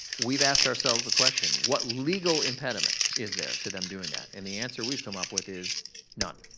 we've asked ourselves the question what legal impediment is there to them doing that? and the answer we've come up with is none.